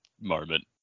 moment